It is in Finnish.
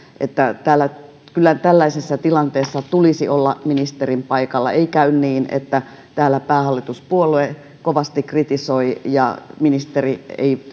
että täällä kyllä tällaisessa tilanteessa tulisi olla ministerin paikalla ei käy niin että täällä päähallituspuolue kovasti kritisoi ja ministeri